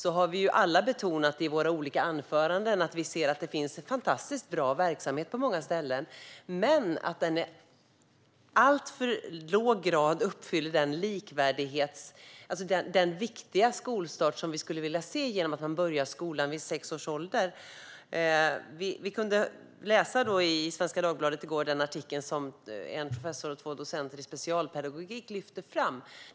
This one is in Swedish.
Men vi har alla i våra olika anföranden betonat att vi ser att det finns en fantastiskt bra verksamhet på många ställen men att den i alltför låg grad ger den viktiga skolstart som vi skulle vilja se genom att man börjar skolan vid sex års ålder. Vi kunde i går i Svenska Dagbladet läsa en artikel som en professor och två docenter i specialpedagogik hade skrivit.